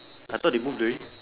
I thought they moved already